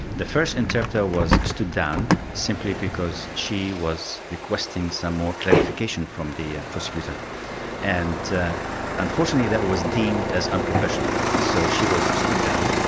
the first interpreter was stood down simply because she was requesting some more clarification from the prosecutor and unfortunately that was deemed as unprofessional. so she was stood down.